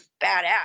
badass